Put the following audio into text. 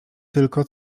tylko